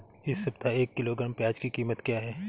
इस सप्ताह एक किलोग्राम प्याज की कीमत क्या है?